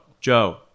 Joe